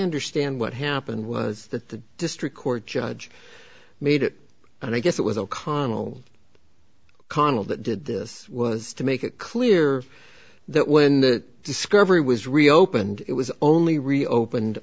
understand what happened was that the district court judge made it and i guess it was o'connell connell that did this was to make it clear that when the discovery was reopened it was only reopened